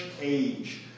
age